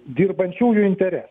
dirbančiųjų interes